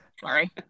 Sorry